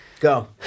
go